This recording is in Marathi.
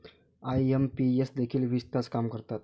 आई.एम.पी.एस देखील वीस तास काम करतात?